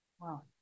Wow